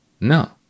No